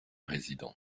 résident